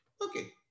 Okay